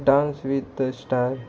dance with the star